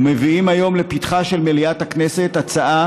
ומביאים היום לפתחה של מליאת הכנסת הצעה